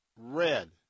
Red